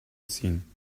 ziehen